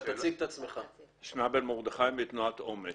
תנועת אומ"ץ,